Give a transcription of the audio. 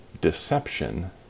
deception